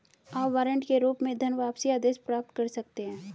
आप वारंट के रूप में धनवापसी आदेश प्राप्त कर सकते हैं